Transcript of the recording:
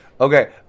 Okay